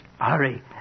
hurry